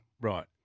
Right